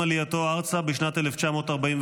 עם עלייתו ארצה, בשנת 1945,